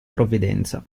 provvidenza